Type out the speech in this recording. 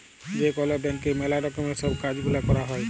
যে কল ব্যাংকে ম্যালা রকমের সব কাজ গুলা ক্যরা হ্যয়